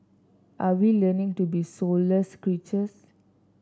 are we learning to be soulless creatures